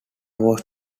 was